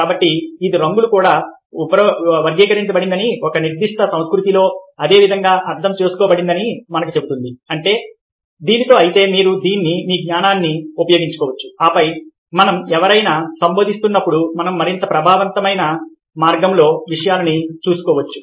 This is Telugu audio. కాబట్టి ఇది రంగులు కూడా వర్గీకరించబడిందని ఒక నిర్దిష్ట సంస్కృతిలో అదే విధంగా అర్థం చేసుకోబడిందని మనకు చెబుతుంది అంటే దీనితో అయితే మీరు దీన్ని మీ జ్ఞానాన్ని ఉపయోగించుకోవచ్చు ఆపై మనం ఎవరినైనా సంబోధిస్తున్నప్పుడు మనం మరింత ప్రభావవంతమైన మార్గంలో విషయాలను చూసుకోవచ్చు